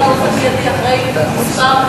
באופן מיידי אחרי כמה עבירות תעבורה,